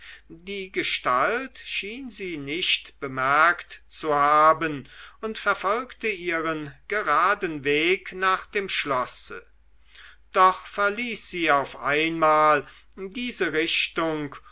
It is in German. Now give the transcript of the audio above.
die gestalt schien sie nicht bemerkt zu haben und verfolgte ihren geraden weg nach dem schlosse doch verließ sie auf einmal diese richtung